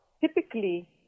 typically